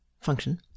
function